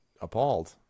appalled